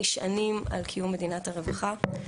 נשענים על קיום מדינת הרווחה.